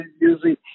usually